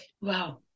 Wow